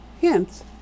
Hence